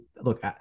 look